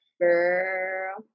Girl